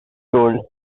told